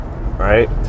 right